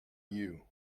you